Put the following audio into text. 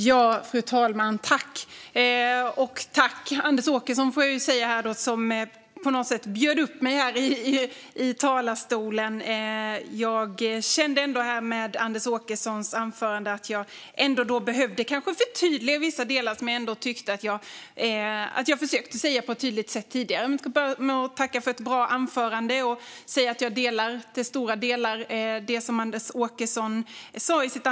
Fru talman! Tack, Anders Åkesson, som på något sätt bjöd upp mig här till talarstolen. Jag kände efter Anders Åkessons anförande att jag behövde förtydliga vissa delar som jag ändå tyckte att jag försökte säga på ett tydligt sätt tidigare. Jag vill börja med att tacka för ett bra anförande och säga att jag till stor del håller med om det som Anders Åkesson sa.